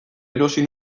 erosi